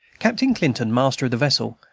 captain clifton, master of the vessel,